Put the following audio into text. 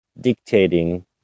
dictating